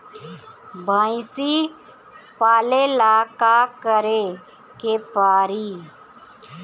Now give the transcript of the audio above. भइसी पालेला का करे के पारी?